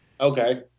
Okay